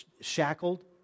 shackled